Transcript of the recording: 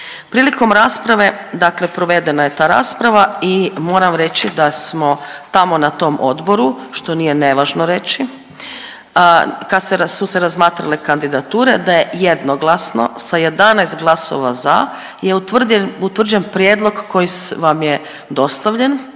Prilikom rasprave dakle provedena je ta rasprava i moram reći da smo tamo na tom odboru, što nije nevažno reći, kad su se razmatrale kandidature da je jednoglasno sa 11 glasova za je utvrđen prijedlog koji vam je dostavljen